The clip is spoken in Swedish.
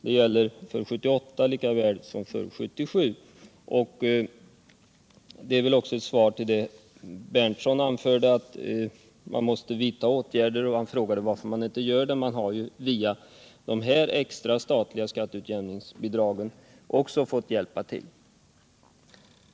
Det gäller för 1978 likaväl som för 1977, och det är väl också ett svar till vad Nils Berndtson anförde, att man måste vidta åtgärder. Han frågade varför man inte gör det. Men man har faktiskt via dessa extra statliga skatteutjämningsbidrag fått hjälpa till.